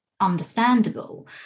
understandable